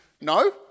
No